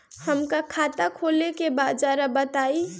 हमका खाता खोले के बा जरा बताई?